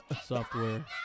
software